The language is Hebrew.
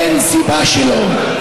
אין סיבה שלא.